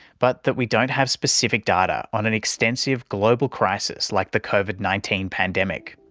but that we don't have specific data on an extensive global crisis like the covid nineteen pandemic,